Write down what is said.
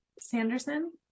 Sanderson